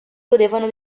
godevano